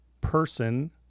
person